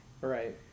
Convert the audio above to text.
Right